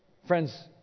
Friends